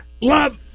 love